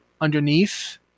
underneath